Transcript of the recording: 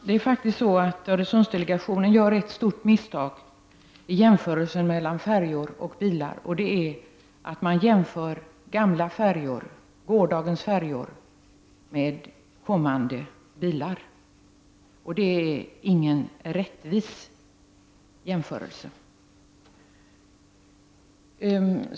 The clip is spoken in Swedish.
Fru talman! Öresundsdelegationen gör faktiskt ett stort misstag i jämförelsen mellan färjor och bilar, nämligen att man jämför gamla färjor, gårdagens färjor, med kommande bilmodeller. Detta ger inte någon rättvis jämförelse.